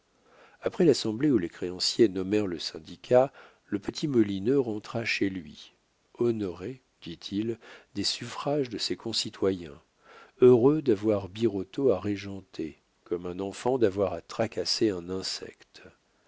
après l'assemblée où les créanciers nommèrent le syndicat le petit molineux rentra chez lui honoré dit-il des suffrages de ses concitoyens heureux d'avoir birotteau à régenter comme un enfant d'avoir à tracasser un insecte